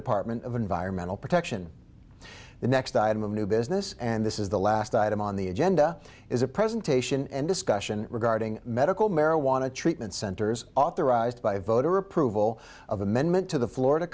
department of environmental protection the next item of new business and this is the last item on the agenda is a presentation and discussion regarding medical marijuana treatment centers authorized by a voter approval of amendment to the florida